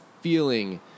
feeling